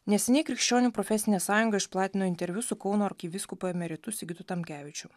neseniai krikščionių profesinė sąjunga išplatino interviu su kauno arkivyskupu emeritu sigitu tamkevičium